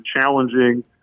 challenging